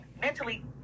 mentally